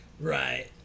Right